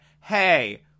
hey